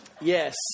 Yes